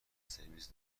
سرویس